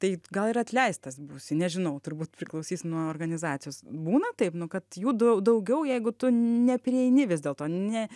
tai gal ir atleistas būsi nežinau turbūt priklausys nuo organizacijos būna taip nu kad jų daug daugiau jeigu tu neprieini vis dėlto ne